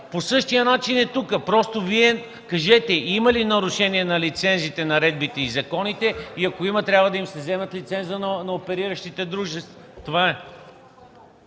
по същия начин! Просто кажете: има ли нарушение на лицензиите, наредбите и законите? И ако има, трябва да се вземе лицензът на опериращите дружества.